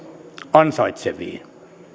ansaitseviin